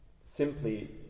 simply